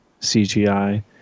CGI